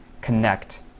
connect